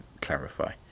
clarify